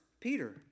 Peter